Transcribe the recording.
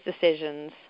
decisions